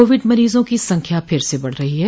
Covid मरीजों की संख्या फिर से बढ रही है